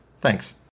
thanks